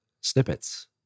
snippets